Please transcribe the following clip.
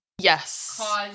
Yes